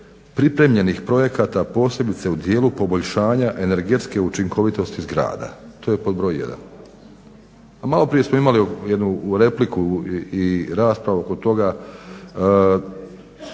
pripremljenih projekata posebice u dijelu poboljšanja energetske učinkovitosti zgrada. To je pod broj jedan. A malo prije smo imali jednu repliku i raspravu oko toga